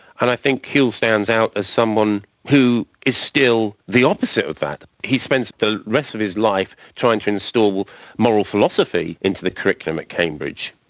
and i think whewell stands out as someone who is still the opposite of that. he spends the rest of his life trying to install moral philosophy into the curriculum at cambridge.